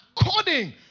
according